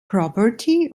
property